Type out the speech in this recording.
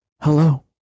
Hello